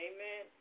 Amen